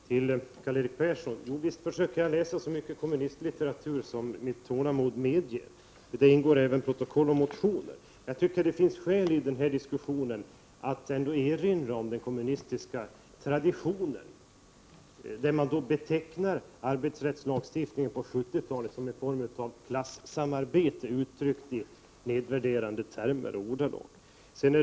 Fru talman! Till Karl-Erik Persson: Visst försöker jag läsa så mycket kommunistlitteratur som mitt tålamod medger, och i den ingår både protokoll och motioner, men i den här diskussionen tycker jag ändå att det finns skäl att erinra om den kommunistiska traditionen att i nedvärderande termer och ordalag beteckna arbetsrättslagstiftningen på 1970-talet som en form av klassamarbete.